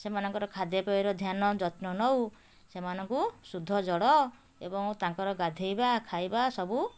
ସେମାନଙ୍କର ଖାଦ୍ୟପେୟର ଧ୍ୟାନ ଯତ୍ନ ନେଉ ସେମାନଙ୍କୁ ଶୁଦ୍ଧ ଜଳ ଏବଂ ତାଙ୍କର ଗାଧେଇବା ଖାଇବା ସବୁ